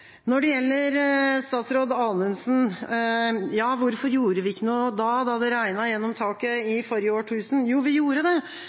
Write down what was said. Når det gjelder statsråd Anundsen og hvorfor vi ikke gjorde noe da det regnet gjennom taket i forrige årtusen: Jo, vi gjorde det,